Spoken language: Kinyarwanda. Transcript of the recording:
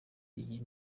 iyi